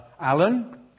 Alan